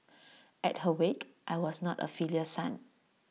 at her wake I was not A filial son